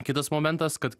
kitas momentas kad